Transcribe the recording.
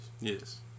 Yes